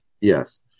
Yes